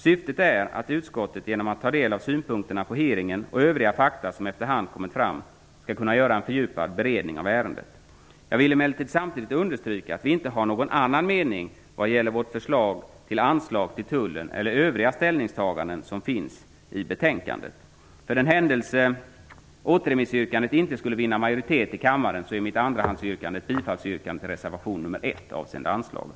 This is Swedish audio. Syftet är att utskottet genom att ta del av synpunkterna på hearingen och övriga fakta som efter hand kommit fram skall kunna göra en fördjupad beredning av ärendet. Jag vill emellertid understryka att vi inte har någon annan mening vad gäller vårt förslag till anslag till Tullen eller övriga ställningstagande som finns i betänkandet. För den händelse att yrkandet om återremiss inte skulle vinna majoritet är mitt andrahandsyrkande bifall till reservation 1 avseende anslaget.